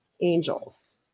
angels